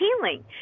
healing